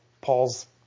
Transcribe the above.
Paul's